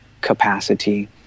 capacity